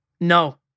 No